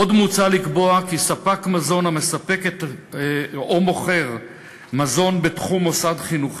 עוד מוצע לקבוע כי ספק מזון המספק או המוכר מזון בתחום מוסד חינוך